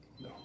No